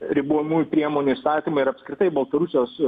ribojamųjų priemonių įstatymą ir apskritai baltarusijos